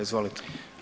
Izvolite.